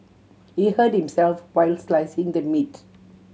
he hurt himself while slicing the meat